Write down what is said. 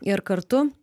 ir kartu